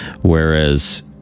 Whereas